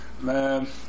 Man